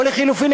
או לחלופין,